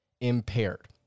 impaired